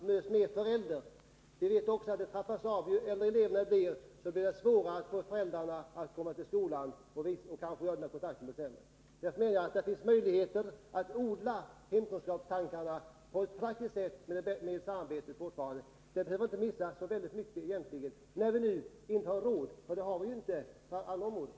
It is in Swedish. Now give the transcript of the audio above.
Vi vet också att detta samarbete efter hand trappas av. Ju äldre eleverna blir, desto svårare blir det att få föräldrarna att komma till skolan för de kontakter som behövs. Jag menar dock att det finns möjligheter att praktiskt tillgodose behovet av hemkunskapsundervisning under fortsatt samarbete. Vi behöver då inte förlora så mycket, trots att vi nu inte har råd att satsa på alla områden.